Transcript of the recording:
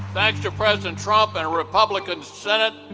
thanks to president trump and a republican senate,